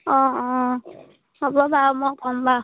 অঁ অঁ হ'ব বাৰু মই ক'ম বাৰু